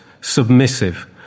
submissive